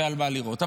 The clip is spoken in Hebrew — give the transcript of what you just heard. ועל מה לראות.